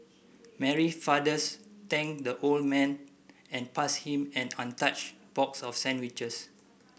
Mary fathers thanked the old man and passed him an untouched box of sandwiches